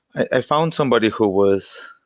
i found somebody who was